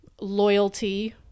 loyalty